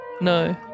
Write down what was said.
No